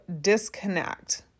disconnect